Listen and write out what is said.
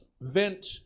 vent